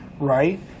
right